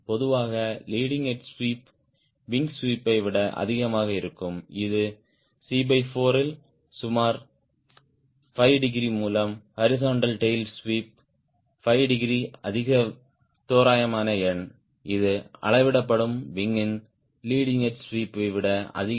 பொதுவாக leading edge sweep wing ஸ்வீப்பை விட அதிகமாக இருக்கும் இது c 4 இல் சுமார் 5 டிகிரி மூலம் ஹாரிஸ்ன்ட்டல் டேய்ல் ஸ்வீப் 5 டிகிரி அதிக தோராயமான எண் இது அளவிடப்படும் விங்யின் லீடிங் எட்ஜ் ஸ்வீப் விட அதிகம்